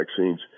vaccines